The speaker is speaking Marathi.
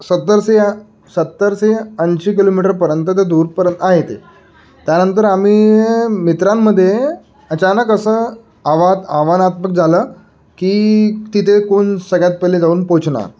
सत्तर से या सत्तर से ऐंशी किलोमीटरपर्यंत ते दूरपर्यंत आहे ते त्यानंतर आम्ही मित्रांमध्ये अचानक असं आवा आव्हानात्मक झालं की तिथे कोण सगळ्यात पहिले जाऊन पोचणार